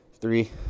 three